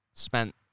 Spent